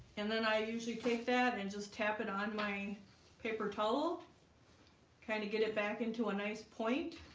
and then i usually take that and just tap it on my paper towel kind of get it back into a nice point